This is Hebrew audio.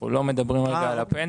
אנחנו לא מדברים על הפנסיה.